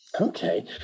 Okay